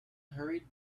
hurried